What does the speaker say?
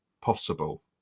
possible